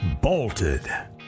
bolted